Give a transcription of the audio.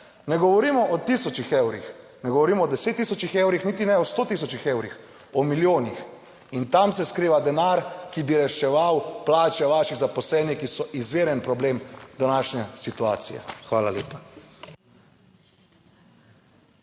ne govorimo o tisočih evrih, ne govorimo o 10 tisočih evrih, niti ne o 100 tisočih evrih, o milijonih, in tam se skriva denar, ki bi reševal plače vaših zaposlenih, ki so izviren problem današnje situacije. Hvala lepa.